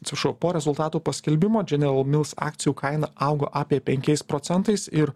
atsiprašau po rezultatų paskelbimo general mills akcijų kaina augo apie penkiais procentais ir